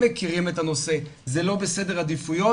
הם מכירים את הנושא, זה לא בסדר העדיפויות.